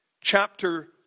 chapter